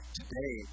today